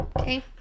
Okay